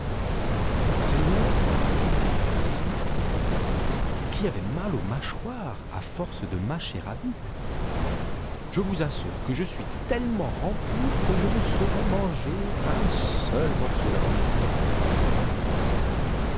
seigneur lui repartit mon frère qui avait mal aux mâchoires à force de mâcher à vide je vous assure que je suis tellement rempli que je ne saurais manger un seul morceau davantage